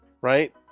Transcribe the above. right